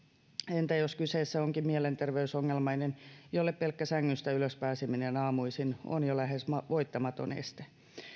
entä jos kyseessä onkin mielenterveysongelmainen jolle pelkkä sängystä ylös pääseminen aamuisin on jo lähes voittamaton este